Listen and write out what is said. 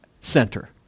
center